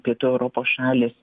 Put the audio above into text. pietų europos šalys